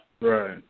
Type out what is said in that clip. Right